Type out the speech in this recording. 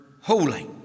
holy